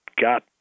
got